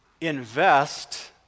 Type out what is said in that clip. invest